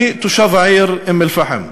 אני תושב העיר אום-אלפחם.